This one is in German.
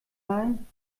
leihen